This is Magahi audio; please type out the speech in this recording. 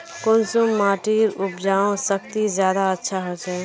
कुंसम माटिर उपजाऊ शक्ति ज्यादा अच्छा होचए?